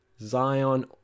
zion